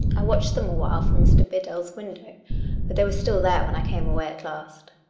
i watched them awhile from mr. biddell's window but they were still there when i came away at last.